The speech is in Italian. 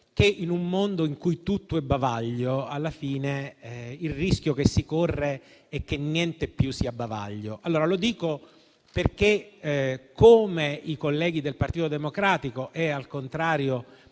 che, in un mondo in cui tutto è bavaglio, alla fine il rischio che si corre è che niente più sia bavaglio. Lo dico perché, come i colleghi del Partito Democratico e al contrario